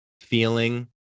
feeling